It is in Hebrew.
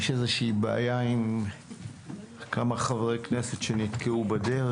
יש איזו בעיה עם כמה ח"כים שנתקעו בדרך.